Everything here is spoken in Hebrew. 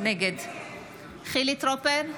נגד חילי טרופר,